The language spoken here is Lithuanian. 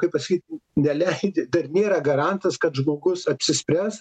kaip pasakyt neleidi dar nėra garantas kad žmogus apsispręs